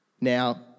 Now